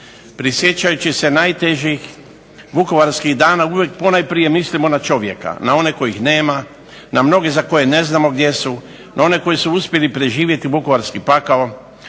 prisjećajući se najtežih vukovarskih dana uvijek ponajprije mislimo na čovjeka, na one kojih nema, na mnoge za koje ne znamo gdje su, na one koji su uspjeli preživjeti vukovarski pakao